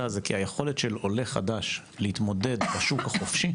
זה כי היכולת של עולה חדש להתמודד בשוק החופשי